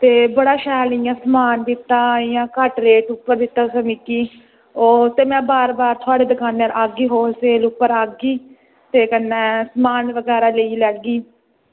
ते बड़ा शैल इंया समान घट्ट रेट उप्पर दित्ता मिगी ते कन्नै बार बार थोह्ड़ी होलसेल उप्पर आह्गी ते में समान बगैरा लेई लैगी होर अग्गें बी इंया